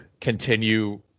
continue